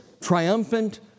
triumphant